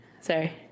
sorry